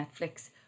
Netflix